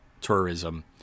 Tourism